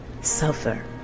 suffer